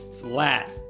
flat